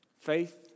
Faith